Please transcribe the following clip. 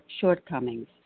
shortcomings